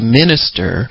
minister